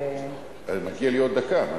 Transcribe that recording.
מגיעה לי עוד דקה.